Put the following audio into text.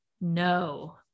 No